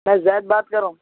میں زید بات کر رہا ہوں